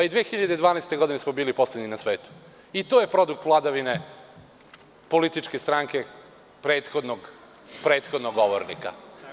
Pa, i 2012. godine smo bili poslednji na svetu i to je produkt vladavine političke stranke prethodnog govornika.